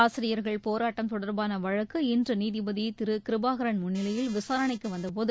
ஆசிரியர்கள் போராட்டம் தொடர்பான வழக்கு இன்று நீதிபதி திரு கிருபாகரன் முன்னிலையில் விசாரணைக்கு வந்தபோது